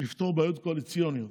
לפתור בעיות קואליציוניות,